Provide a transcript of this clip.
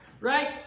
Right